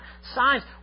signs